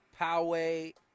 Poway